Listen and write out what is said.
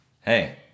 hey